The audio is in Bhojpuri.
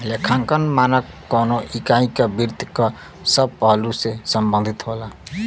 लेखांकन मानक कउनो इकाई क वित्त क सब पहलु से संबंधित होला